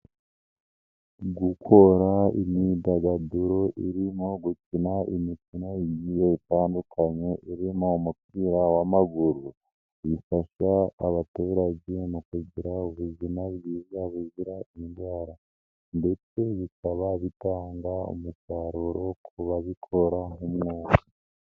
Gukora imyidagaduro irimo gukina imikino igiye itandukanye irimo umupira w'amaguru bifasha abaturage mu kugira ubuzima bwiza buzira indwara ndetse bikaba bitanga umusaruro ku babikora nk'umwuga.